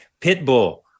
Pitbull